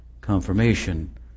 confirmation